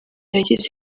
yagize